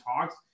talks